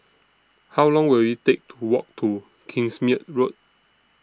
How Long Will IT Take to Walk to Kingsmead Road